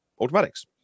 automatics